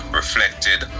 reflected